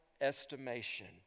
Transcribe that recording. estimation